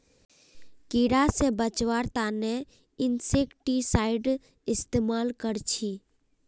कीड़ा से बचावार तने इंसेक्टिसाइड इस्तेमाल कर छी